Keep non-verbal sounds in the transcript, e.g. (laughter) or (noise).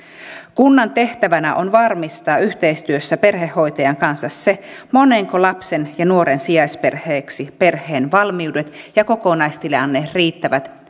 kunnan tehtävänä on varmistaa yhteistyössä perhehoitajan kanssa se monenko lapsen ja nuoren sijaisperheeksi perheen valmiudet ja kokonaistilanne riittävät (unintelligible)